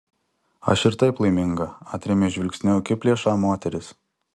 aš ir taip laiminga atrėmė žvilgsniu akiplėšą moteris